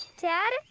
Dad